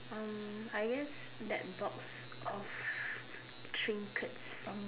um I guess box of trinkets from